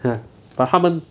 !huh! but 他们